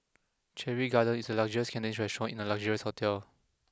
Cherry Garden is a luxurious Cantonese restaurant in a luxurious hotel